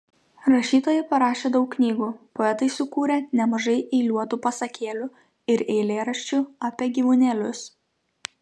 rašytojai parašė daug knygų poetai sukūrė nemažai eiliuotų pasakėlių ir eilėraščių apie gyvūnėlius